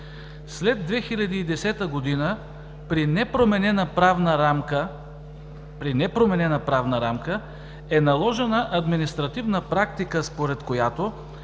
След 2010 г. при непроменена правна рамка е наложена административна практика, според която